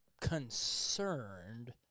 concerned